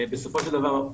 בסופו של דבר,